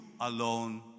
alone